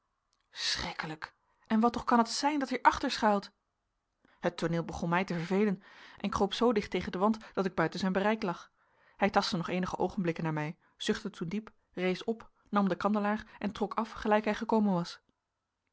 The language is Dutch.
schrikkelijk en wat toch kan het zijn dat hier achter schuilt het tooneel begon mij te vervelen ik trok mijn hand los en kroop zoo dicht tegen den wand dat ik buiten zijn bereik lag hij tastte nog eenige oogenblikken naar mij zuchtte toen diep rees op nam den kandelaar en trok af gelijk hij gekomen was